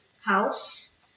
house